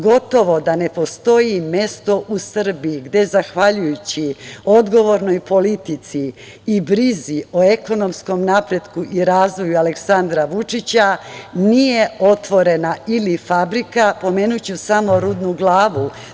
Gotovo da ne postoji mesto u Srbiji gde, zahvaljujući odgovornoj politici i brizi o ekonomskom napretku i razvoju, Aleksandra Vučića, nije otvorena ili fabrika, pomenuću samo Rudnu Glavu.